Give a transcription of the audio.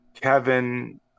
Kevin